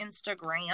Instagram